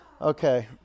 Okay